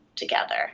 together